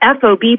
FOB